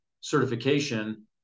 certification